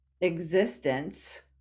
existence